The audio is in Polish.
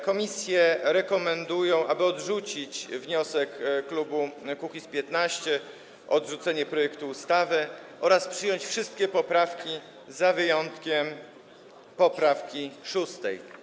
Komisje rekomendują, aby odrzucić wniosek klubu Kukiz’15 o odrzucenie projektu ustawy oraz przyjąć wszystkie poprawki, z wyjątkiem poprawki 6.